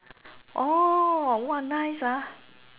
orh !wah! nice ah